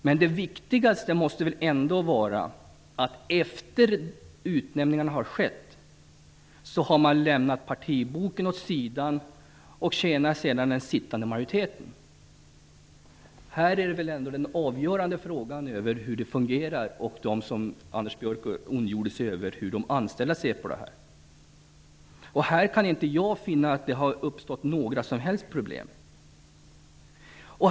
Men det viktigaste måste väl ändå vara att man efter det att utnämningen har skett lämnar partiboken åt sidan och tjänar den sittande majoriteten. Här är väl den avgörande frågan hur det fungerar och, som Anders Björck ondgjorde sig över, hur de anställda ser på detta. Jag kan inte finna att det har uppstått några som helst problem.